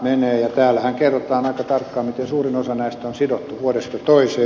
täällähän kerrotaan aika tarkkaan miten suurin osa näistä on sidottu vuodesta toiseen